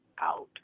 out